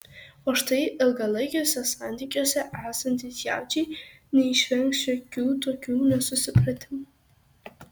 o štai ilgalaikiuose santykiuose esantys jaučiai neišvengs šiokių tokių nesusipratimų